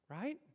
right